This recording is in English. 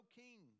king